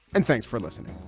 and thanks for listening